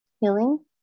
healing